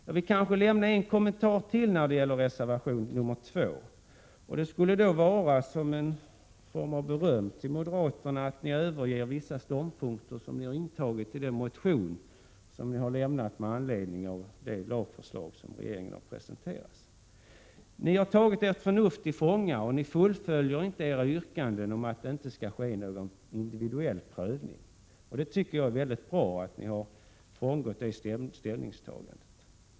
Jag vill göra en kommentar till när det gäller reservation 2, kanske som beröm till moderaterna för att ni överger vissa ståndpunkter som ni har intagit i den motion som har väckts med anledning av det lagförslag som regeringen har presenterat. Ni har tagit ert förnuft till fånga och fullföljer inte era yrkanden om att det inte skall ske någon individuell prövning, och det är mycket bra att ni har frångått det ställningstagandet.